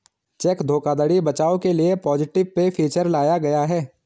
check धोखाधड़ी बचाव के लिए पॉजिटिव पे फीचर लाया गया है